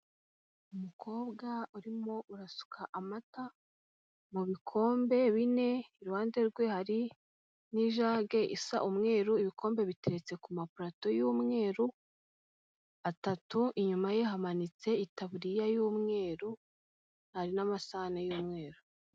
Umukobwa urimo urasuka amata mu bikombe bine, iruhande rwe hari n'ijage isa umweru, ibikombe biteretse ku ma purato y'umweru atatu, inyuma ye hamanitse itaburiya y'umweru, ari n'amasahane y'umweru.